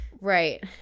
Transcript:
Right